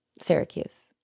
Syracuse